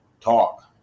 talk